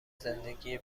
زندگی